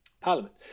Parliament